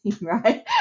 right